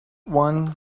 one